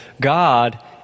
God